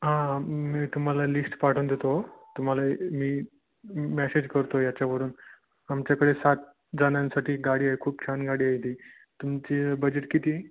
हां हां मी तुम्हाला लिश्ट पाठवून देतो तुम्हाला मी मॅशेज करतो याच्यावरून आमच्याकडे सात जणांसाठी गाडी आहे खूप छान गाडी आहे ती तुमचे बजेट किती आहे